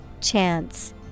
Chance